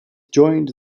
joined